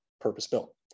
purpose-built